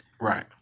Right